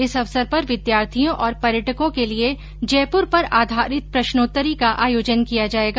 इस अवसर पर विद्यार्थियों और पर्यटकों के लिये जयपूर पर आधारित प्रश्नोत्तरी का आयोजन किया जायेगा